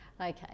Okay